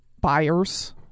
buyers